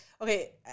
Okay